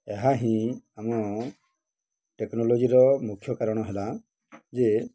ଏହା ହିଁ ଆମ ଟେକ୍ନୋଲୋଜିର ମୁଖ୍ୟ କାରଣ ହେଲା ଯେ